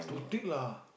thick lah